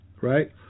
right